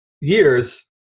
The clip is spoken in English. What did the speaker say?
years